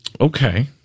Okay